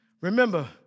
Remember